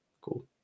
cool